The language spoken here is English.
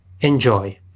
Enjoy